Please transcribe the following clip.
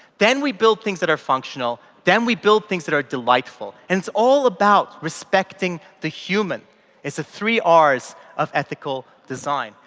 then we build things that are functional, then we build things that are delightful. it's all about respecting the human the three r's of ethical design.